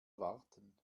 warten